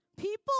People